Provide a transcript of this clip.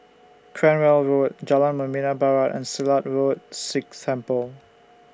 Cranwell Road Jalan Membina Barat and Silat Road Sikh Temple